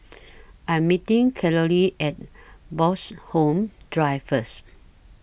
I Am meeting Carolee At Bloxhome Drive First